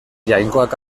jainkoak